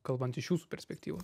kalbant iš jūsų perspektyvos